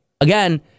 Again